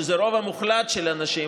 שזה הרוב המוחלט של הנשים,